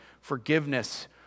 forgiveness